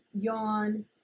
yawn